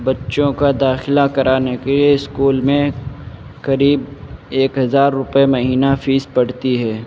بچوں کا داخلہ کرانے کے اسکول میں قریب ایک ہزار روپیے مہینہ فیس پڑتی ہے